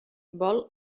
vol